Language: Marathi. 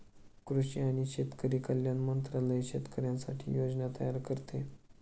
कृषी आणि शेतकरी कल्याण मंत्रालय शेतकऱ्यांसाठी योजना तयार करते